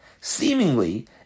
Seemingly